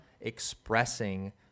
expressing